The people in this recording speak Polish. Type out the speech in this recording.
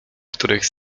których